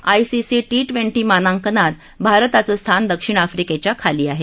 ICC T twenty मानांकनात भारताचं स्थान दक्षिण आफ्रीकेच्या खाली आहे